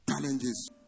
Challenges